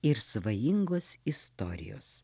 ir svajingos istorijos